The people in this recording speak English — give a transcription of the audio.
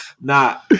Nah